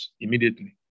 Immediately